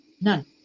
None